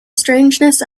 strangeness